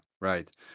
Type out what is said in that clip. right